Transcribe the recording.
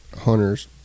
hunters